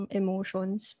emotions